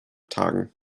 tagen